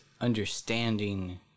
understanding